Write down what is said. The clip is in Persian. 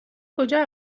کجا